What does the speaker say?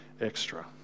extra